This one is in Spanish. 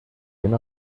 una